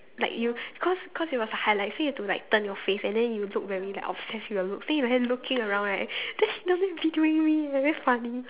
like you cause cause it was a highlight so you have to like turn your face and then you look very like obsessed with your looks then you're looking around right then he down there videoing me eh very funny